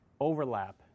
overlap